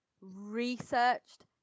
researched